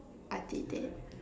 I did that